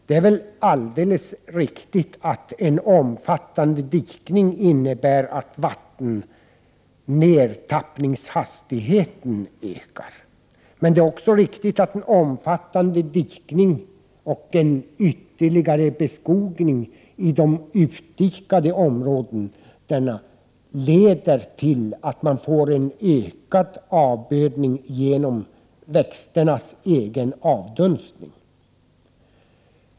Det är väl alldeles riktigt att en omfattande dikning innebär att nedtappningshastigheten för vattnet ökar. Men det är också riktigt att en omfattande dikning och en ytterligare beskogning i de utdikade områdena leder till att man får en ökad avbördning genom växternas egen avdunstning.